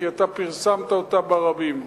כי אתה פרסמת אותה ברבים,